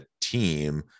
team